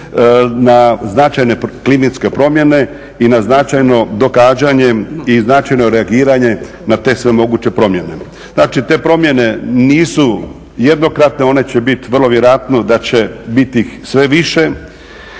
na značajne klimatske promjene i na značajno događanje i značajno reagiranje na te sve moguće promjene. Znači te promjene nisu jednokratne, one će biti vrlo vjerojatno da će biti ih sve više